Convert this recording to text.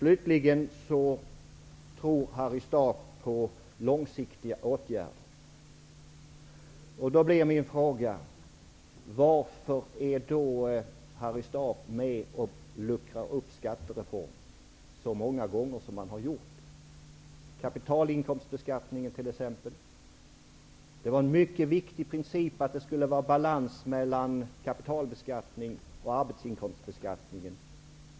Harry Staaf tror på långsiktiga åtgärder. Varför har då Harry Staaf varit med och luckrat upp skattereformen så många gånger? Där finns t.ex. kapitalinkomstbeskattningen. Det var en mycket viktig princip att det skulle vara balans mellan kapitalbeskattning och arbetsinkomstbeskattning.